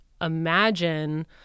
imagine